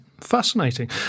fascinating